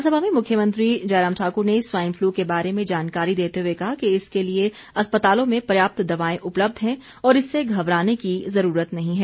विधानसभा में मुख्यमंत्री जयराम ठाक्र ने स्वाइन फ्लू के बारे में जानकारी देते हुए कहा कि इसके लिए अस्पतालों में पर्याप्त दवाएं उपलब्ध हैं और इससे घबराने की जरूरत नहीं हैं